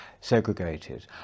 segregated